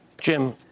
Jim